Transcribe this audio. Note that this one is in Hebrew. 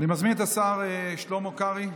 אני מזמין את השר שלמה קרעי